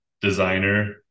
designer